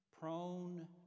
Prone